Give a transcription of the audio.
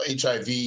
HIV